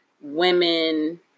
women